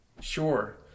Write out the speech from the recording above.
sure